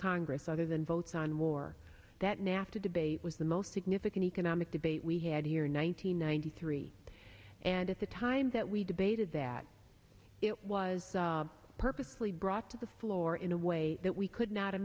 congress other than votes on war that nafta debate was the most significant economic debate we had here in one thousand nine hundred three and at the time that we debated that it was purposely brought to the floor in a way that we could not a